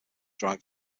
drive